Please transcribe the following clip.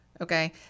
okay